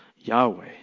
Yahweh